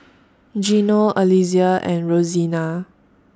Gino Alesia and Rosena